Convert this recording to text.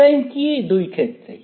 G' কি দুই ক্ষেত্রেই